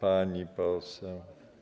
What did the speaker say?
Pani poseł.